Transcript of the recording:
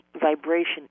vibration